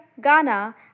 Ghana